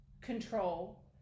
control